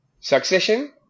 Succession